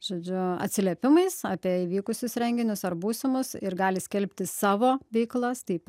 žodžiu atsiliepimais apie įvykusius renginius ar būsimus ir gali skelbti savo veiklas taip